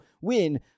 win